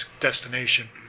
destination